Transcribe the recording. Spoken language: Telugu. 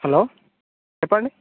హలో చెప్పండి